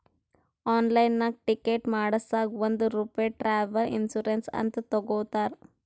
ಆನ್ಲೈನ್ನಾಗ್ ಟಿಕೆಟ್ ಮಾಡಸಾಗ್ ಒಂದ್ ರೂಪೆ ಟ್ರಾವೆಲ್ ಇನ್ಸೂರೆನ್ಸ್ ಅಂತ್ ತಗೊತಾರ್